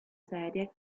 serie